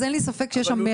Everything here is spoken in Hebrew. אז אין לי ספק שיש לו מרץ.